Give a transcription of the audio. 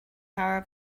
hour